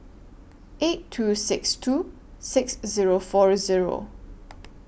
eight two six two six Zero four Zero